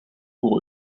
pour